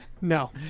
No